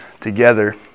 together